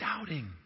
doubting